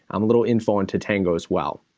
um a little info on tatango as well.